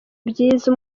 byiza